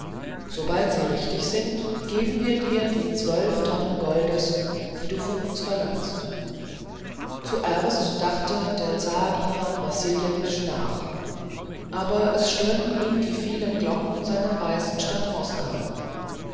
sobald sie richtig sind geben wir dir die zwölf tonnen goldes die du von uns verlangst zuerst dachte der zar iwan wassiljewitsch nach aber es störten ihn die vielen glocken seiner weißen stadt moskau